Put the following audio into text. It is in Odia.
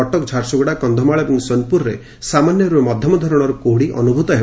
କଟକ ଝାରସୁଗୁଡା କକ୍ଷମାଳ ଏବଂ ସୋନପୁରରେ ସାମାନ୍ୟରୁ ମଧ୍ଧମ ଧରଣର କୁହୁଡି ଅନୁଭ୍ରତ ହେବ